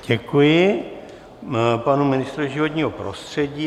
Děkuji panu ministrovi životního prostředí.